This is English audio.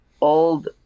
old